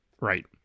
right